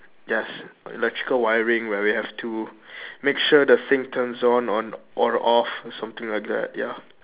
yes electrical wiring where we have to make sure the thing turns on on or off or something like that ya